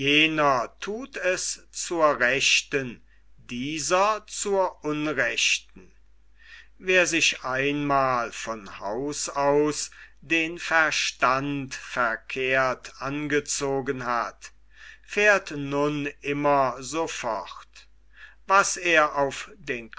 thut es zur rechten dieser zur unrechten wer sich einmal von haus aus den verstand verkehrt angezogen hat fährt nun immer so fort was er auf den